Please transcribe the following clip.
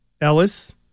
Ellis